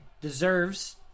deserves